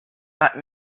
but